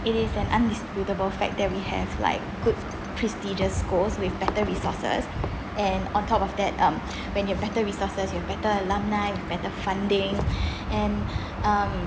it is an indisputable fact that we have like good prestigious schools with better resources and on top of that um when you've better resources you've better alumni better funding and um